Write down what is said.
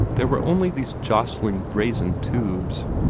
there were only these jostling brazen tubes,